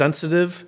sensitive